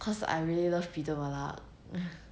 cause I really love peeta mellark ha